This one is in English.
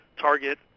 Target